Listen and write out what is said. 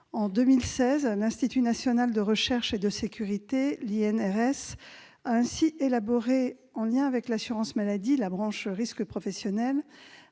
En 2016, l'Institut national de recherche et de sécurité, l'INRS, a ainsi élaboré, en lien avec la branche risques professionnels